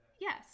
yes